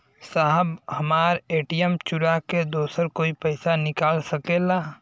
साहब हमार ए.टी.एम चूरा के दूसर कोई पैसा निकाल सकेला?